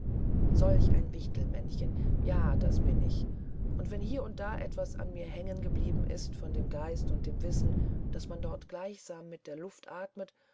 solch ein wichtelmännchen ja das bin ich und wenn hier und da etwas an mir hängen bleibt von dem geist und dem wissen das man dort gleichsam mit der luft atmet